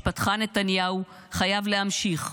משפטך, נתניהו, חייב להמשיך.